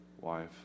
wife